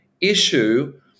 issue